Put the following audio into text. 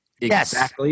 Yes